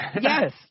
Yes